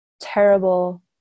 terrible